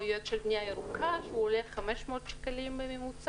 או יועץ של בנייה ירוקה והוא עולה 500 שקלים בממוצע.